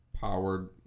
powered